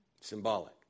Symbolic